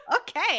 Okay